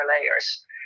layers